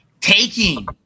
taking